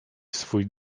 swój